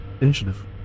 initiative